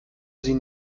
sie